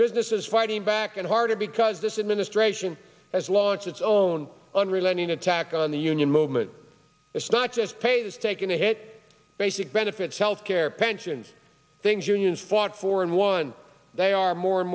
business is fighting back and harder because this administration has launched its own unrelenting attack on the union movement it's not just pay this taking a hit basic benefits health care pensions things unions fought for and won they are more and